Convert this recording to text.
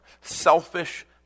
Selfish